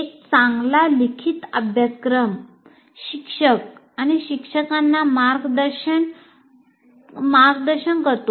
एक चांगला लिखित अभ्यासक्रम शिक्षक आणि शिक्षकांना मार्गदर्शन करतो